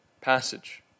passage